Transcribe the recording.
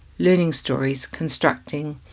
learning stories, constructing,